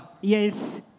Yes